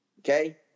Okay